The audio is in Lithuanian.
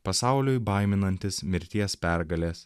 pasauliui baiminantis mirties pergalės